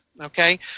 okay